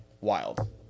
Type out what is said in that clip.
wild